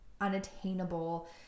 unattainable